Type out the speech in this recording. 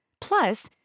Plus